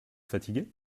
fatigué